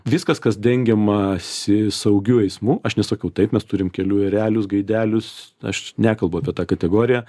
viskas kas dengiamasi saugiu eismu aš nesakau taip mes turim kelių erelius gaidelius aš nekalbu apie tą kategoriją